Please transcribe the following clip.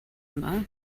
yma